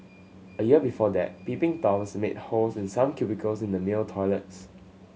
a year before that peeping Toms made holes in some cubicles in the male toilets